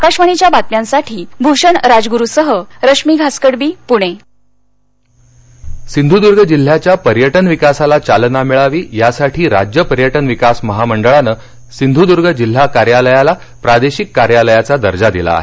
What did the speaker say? आकाशवाणीच्या बातम्यांसाठी भूषण राजगुरू सह रश्मी घासकडबी पुणे पर्यटन सिंधुद्ग सिंध्रदूर्ग जिल्ह्याच्या पर्यटन विकासाला चालना मिळावी यासाठी राज्य पर्यटन विकास महामंडळानं सिंध्रदूर्ग जिल्हा कार्यालयाला प्रादेशिक कार्यालयाचा दर्जा दिला आहे